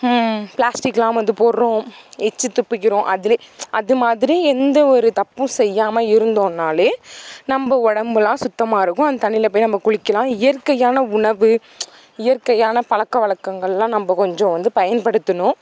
பிளாஸ்டிக்லாம் வந்து போடுறோம் எச்சில் துப்பிக்கிறோம் அதுலேயே அதுமாதிரி எந்த ஒரு தப்பும் செய்யாமல் இருந்தோம்னாலே நம்ம உடம்புலாம் சுத்தமாக இருக்கும் அந்த தண்ணியில் போய் நம்ம குளிக்கலாம் இயற்கையான உணவு இயற்கையான பழக்க வழக்கங்கள்லாம் நம்ம கொஞ்சம் வந்து பயன்படுத்தணும்